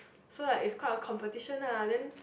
so like is quite competition lah then